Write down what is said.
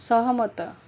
ସହମତ